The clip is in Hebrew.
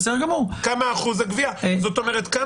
זאת אומרת,